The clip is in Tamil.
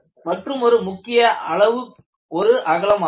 மற்றுமொரு முக்கிய அளவு ஒரு அகலம் ஆகும்